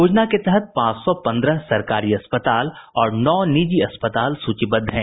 योजना के तहत पांच सौ पन्द्रह सरकारी अस्पताल और नौ निजी अस्पताल सूचीबद्ध हैं